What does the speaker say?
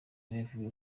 review